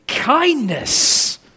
Kindness